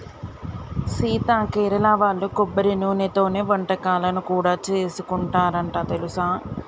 సీత కేరళ వాళ్ళు కొబ్బరి నూనెతోనే వంటకాలను కూడా సేసుకుంటారంట తెలుసా